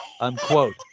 unquote